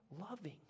loving